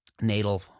natal